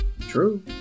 True